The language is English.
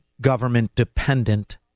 government-dependent